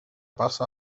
passa